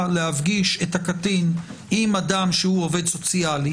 להפגיש את הקטין עם אדם שהוא עובד סוציאלי,